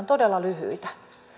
todella lyhyitä